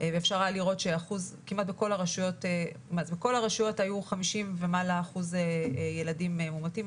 ואפשר היה לראות שבכל הרשויות היו 50% ומעלה ילדים מאומתים.